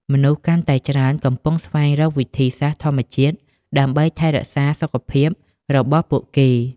មនុស្សកាន់តែច្រើនកំពុង ស្វែងរកវិធីសាស្ត្រធម្មជាតិ ដើម្បីថែរក្សាសុខភាពរបស់ពួកគេ។